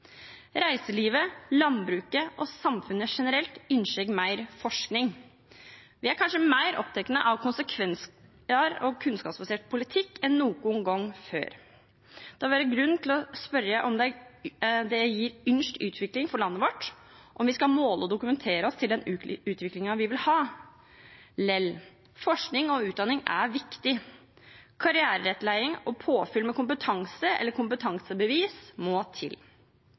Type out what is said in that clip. Reiselivet, landbruket og samfunnet generelt ønsker mer forskning. Vi er kanskje mer opptatt av konsekvenser og kunnskapsbasert politikk enn noen gang før. Det har vært grunn til å spørre om det gir ønsket utvikling for landet vårt om vi skal måle og dokumentere oss til den utviklingen vi vil ha. Likevel – forskning og utdanning er viktig. Karriereveiledning og påfyll med kompetanse eller kompetansebevis må til.